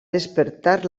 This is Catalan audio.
despertar